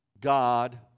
God